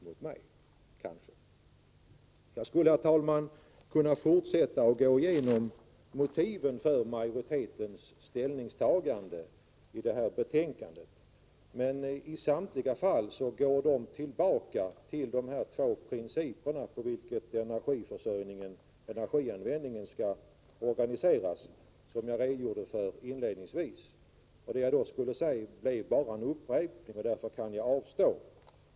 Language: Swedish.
Herr talman! Jag skulle kunna fortsätta att gå igenom motiven för majoritetens ställningstagande i detta betänkande. Men i samtliga fall går dessa att hänföra till de två principer enligt vilka energiförsörjningen och energianvändningen skall organiseras och som jag inledningsvis redogjorde för. Det skulle bara bli en upprepning av vad jag sagt, och därför kan jag avstå.